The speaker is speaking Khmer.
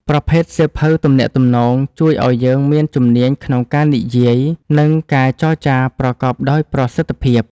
ប្រភេទសៀវភៅទំនាក់ទំនង ជួយឱ្យយើងមានជំនាញក្នុងការនិយាយ និងការចរចាប្រកបដោយប្រសិទ្ធភាព។